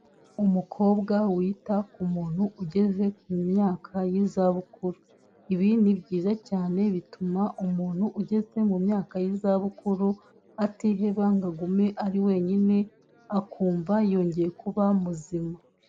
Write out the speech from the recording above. Umukobwa wita ku muntu ugeze ku myaka y'izabukuru. Ibi ni byiza cyane bituma umuntu ugeze mu myaka y'izabukuru, atiheba ngo agume ari wenyine, akumva yongeye kuba muzima.